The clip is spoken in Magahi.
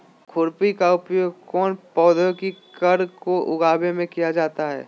खुरपी का उपयोग कौन पौधे की कर को उठाने में किया जाता है?